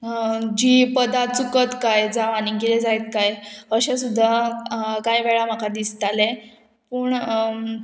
जी पदां चुकत काय जावं आनी कितें जायत काय अशें सुद्दां कांय वेळार म्हाका दिसतालें पूण